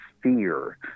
fear